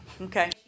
Okay